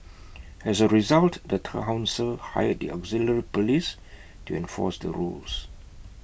as A result the Town Council hired the auxiliary Police to enforce the rules